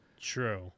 true